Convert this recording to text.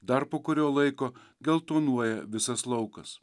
dar po kurio laiko geltonuoja visas laukas